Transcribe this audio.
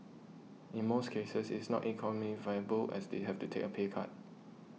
in most cases it's not economically viable as they have to take a pay cut